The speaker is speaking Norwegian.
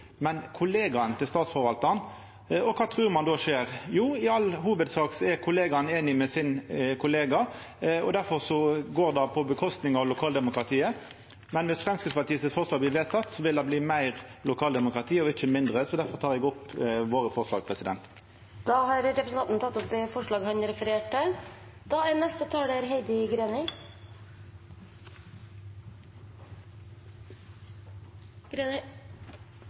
men ein kollega av statsforvaltaren. Kva trur ein då skjer? Jo, i all hovudsak er kollegaen einig med den andre, og dermed går det ut over lokaldemokratiet. Om forslaget frå Framstegspartiet blir vedteke, vil det bli meir lokaldemokrati – og ikkje mindre. Difor tek eg opp forslaget vårt. Da har representanten Helge André Njåstad tatt opp det forslaget han refererte til. Det er